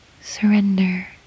Surrender